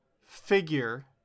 figure